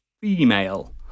female